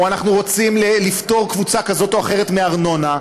או אנחנו רוצים לפטור קבוצה כזאת או אחרת מארנונה,